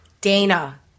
Dana